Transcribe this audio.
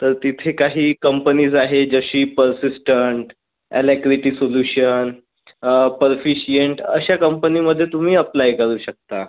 तर तिथे काही कंपनीज आहे जशी पर्सिस्टंट अलॅक्रिटी सोल्युशन पर्फिशिअंट अशा कंपनीमध्ये तुम्ही अप्लाय करू शकता